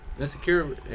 Insecure